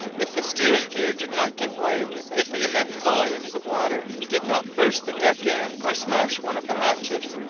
if the steering-gear did not give way, if the immense volumes of water did not burst the deck in or smash one of the hatches,